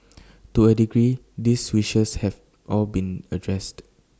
to A degree these wishes have all been addressed